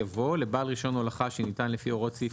יבוא "לבעל רישיון הולכה שניתן לפי הוראות סעיף